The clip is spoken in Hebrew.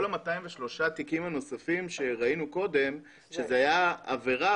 כל ה-203 התיקים הנוספים שראינו קודם שזה היה עבירה,